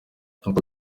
nkuko